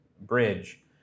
bridge